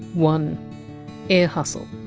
one ear hustle.